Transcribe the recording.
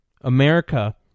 America